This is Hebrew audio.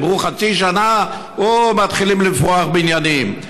אמרו: חצי שנה, מתחילים לפרוח בניינים.